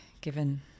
given